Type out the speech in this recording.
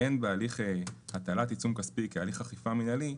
אין בהליך הטלת עיצום כספי כהליך אכיפה מנהלי,